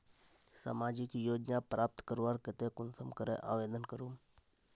सामाजिक योजना प्राप्त करवार केते कुंसम करे आवेदन करूम?